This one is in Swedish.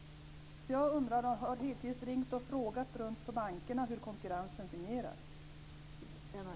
Jag undrar alltså om Hedquist har ringt runt på bankerna och frågat hur konkurrensen fungerar.